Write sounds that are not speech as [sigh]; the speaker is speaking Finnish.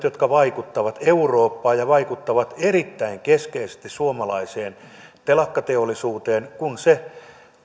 [unintelligible] jotka vaikuttavat eurooppaan ja vaikuttavat erittäin keskeisesti suomalaiseen telakkateollisuuteen kun se